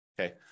Okay